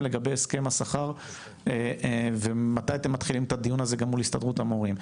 לגבי הסכם השכר ומתי אתם מתחילים את הדיון הזה גם מול הסתדרות המורים.